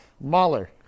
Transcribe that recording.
Mahler